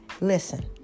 Listen